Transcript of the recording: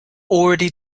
already